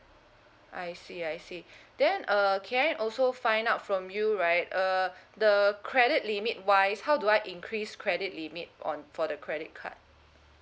I see I see then err can I also find out from you right err the credit limit wise how do I increase credit limit on for the credit card